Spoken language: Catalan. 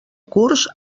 curs